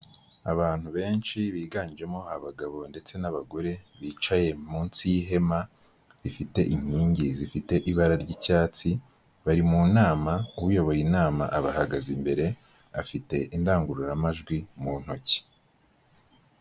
Abantu benshi biganjemo abagabo ndetse n'abagore bicaye munsi y'ihema rifite inkingi zifite ibara ry'icyatsi, bari mu nama uyoboye inama abahagaze imbere afite indangururamajwi mu ntoki.